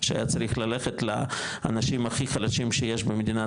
שהיה צריך ללכת לאנשים הכי חלשים שיש במדינת